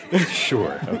Sure